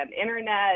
internet